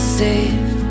safe